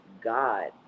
God